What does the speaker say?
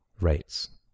rates